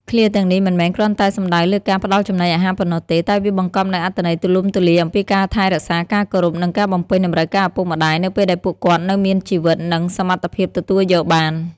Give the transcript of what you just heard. ឃ្លាទាំងនេះមិនមែនគ្រាន់តែសំដៅលើការផ្តល់ចំណីអាហារប៉ុណ្ណោះទេ តែវាបង្កប់នូវអត្ថន័យទូលំទូលាយអំពីការថែរក្សា ការគោរព និងការបំពេញតម្រូវការឪពុកម្តាយនៅពេលដែលពួកគាត់នៅមានជីវិត និងសមត្ថភាពទទួលយកបាន។